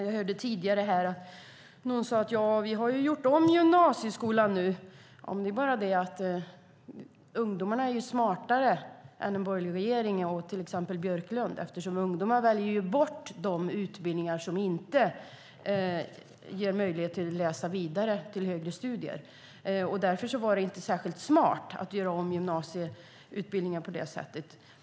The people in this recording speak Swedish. Jag hörde någon här tidigare som sade: Vi har gjort om gymnasieskolan nu. Det är bara det att ungdomarna är smartare än den borgerliga regeringen och till exempel Björklund eftersom de väljer bort de utbildningar som inte ger möjlighet att gå vidare till högre studier. Därför var det inte särskilt smart att göra om gymnasieutbildningen på det sättet.